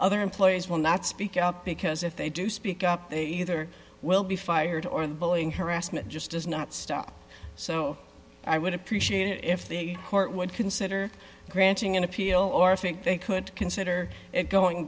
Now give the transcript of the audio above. other employees will not speak out because if they do speak up they either will be fired or the bullying harassment just does not stop so i would appreciate if the court would consider granting an appeal or think they could consider going